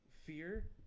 Fear